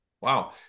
Wow